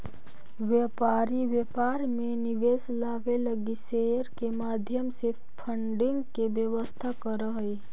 व्यापारी व्यापार में निवेश लावे लगी शेयर के माध्यम से फंडिंग के व्यवस्था करऽ हई